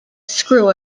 screw